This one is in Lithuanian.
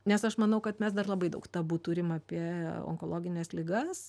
nes aš manau kad mes dar labai daug tabu turim apie onkologines ligas